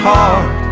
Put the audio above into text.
Heart